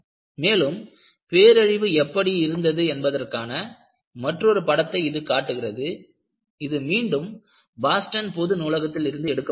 மேலும் பேரழிவு எப்படி இருந்தது என்பதற்கான மற்றொரு படத்தை இது காட்டுகிறது இது மீண்டும் பாஸ்டன் பொது நூலகத்தில் இருந்து எடுக்கப்பட்டது